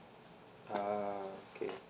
ah okay